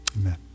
Amen